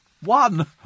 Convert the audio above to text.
One